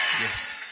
Yes